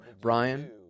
Brian